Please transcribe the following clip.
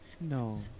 no